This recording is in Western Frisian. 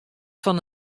fan